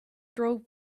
drove